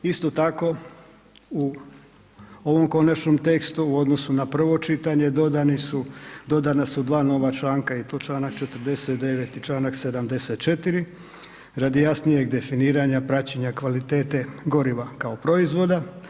Isto tako u ovom konačnom tekstu u odnosu na prvo čitanje dodani su, dodana su dva nova članka i to Članak 49. i Članak 74., radi jasnijeg definiranja praćenja kvalitete goriva kao proizvoda.